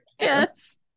Yes